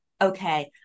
okay